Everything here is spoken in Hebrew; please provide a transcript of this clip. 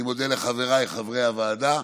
אני מודה לחבריי חברי הוועדה.